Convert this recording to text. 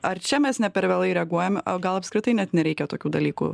ar čia mes ne per vėlai reaguojam o gal apskritai net nereikia tokių dalykų